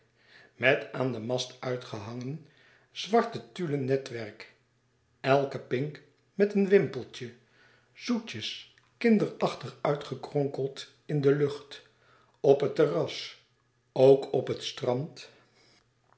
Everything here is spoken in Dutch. met aan den mast uitgehangen zwarte tulle netwerk elke pink met een wimpeltje zoetjes kinderachtig uitgekronkeld in de lucht op het terras ook op het strand